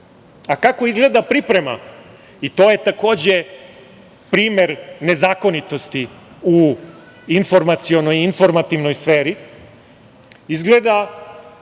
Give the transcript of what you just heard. izgleda priprema, to je takođe primer nezakonitosti u informacionoj i informativnoj sferi. Dakle,